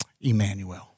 Emmanuel